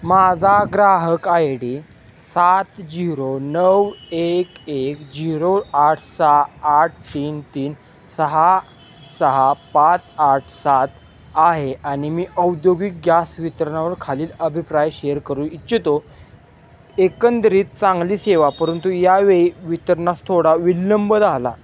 माझा ग्राहक I D सात झिरो नऊ एक एक झिरो आठ सहा आठ तीन तीन सहा सहा पाच आठ सात आहे आणि मी औद्योगिक गॅस वितरणावर खालील अभिप्राय शेअर करू इच्छितो एकंदरीत चांगली सेवा परंतु यावेळी वितरणास थोडा विलंब झाला